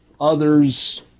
others